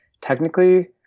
technically